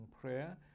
prayer